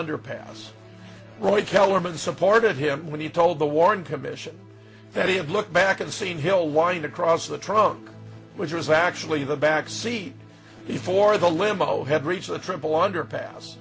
underpass roy kellerman supported him when he told the warren commission that he had looked back and seen hill wind cross the trunk which was actually in the back seat before the limo had reached the triple underpass